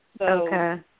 Okay